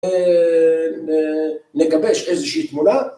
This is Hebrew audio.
נגבש איזושהי תמונה